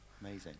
Amazing